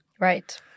Right